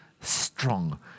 strong